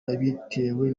yabitewe